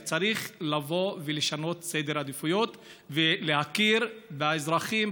וצריך לבוא ולשנות את סדר העדיפויות ולהכיר באזרחים,